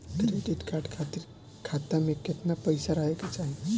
Credit card खातिर खाता में केतना पइसा रहे के चाही?